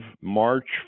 March